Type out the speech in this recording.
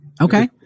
Okay